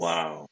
Wow